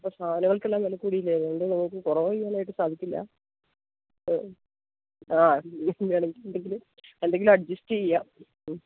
ഇപ്പോള് സാധനങ്ങൾക്കെല്ലാം വില കൂടിയില്ലേ അതുകൊണ്ട് നമുക്കു കുറവെയ്യാനായിട്ടു സാധിക്കില്ല ആ വേണെങ്കിലെന്തെങ്കിലും എന്തെങ്കിലും അഡ്ജസ്റ്റെയ്യാം മ്മ്